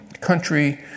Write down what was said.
country